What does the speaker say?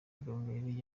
gahongayire